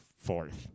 fourth